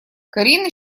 карина